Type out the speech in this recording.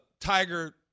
Tiger